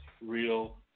real